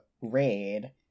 raid